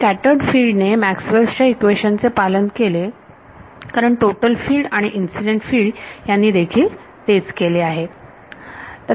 scattered field ने Maxwell च्या equations Maxwell's equations चे पालन केले कारण टोटल फिल्ड आणि इन्सिडेंट फिल्ड यांनी देखील तेच केले आहे